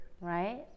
right